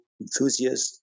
enthusiasts